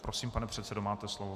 Prosím, pane předsedo, máte slovo.